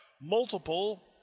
multiple